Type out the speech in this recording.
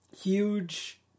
huge